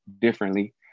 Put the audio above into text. differently